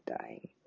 dying